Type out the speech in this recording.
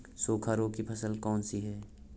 सूखा रोग की फसल कौन सी है?